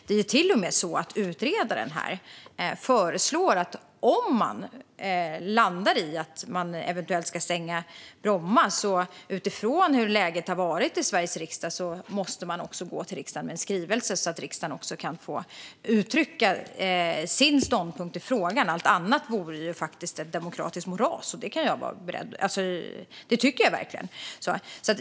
Det är till och med så att utredaren föreslår att man, utifrån hur läget har varit i Sveriges riksdag, ska gå till riksdagen med en skrivelse om man landar i att man eventuellt ska stänga Bromma, så att riksdagen kan få uttrycka sin ståndpunkt i frågan. Allt annat vore faktiskt ett demokratiskt moras - det tycker jag verkligen.